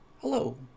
Hello